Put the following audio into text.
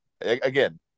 Again